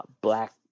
black